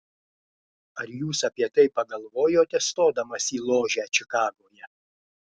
ar jūs apie tai pagalvojote stodamas į ložę čikagoje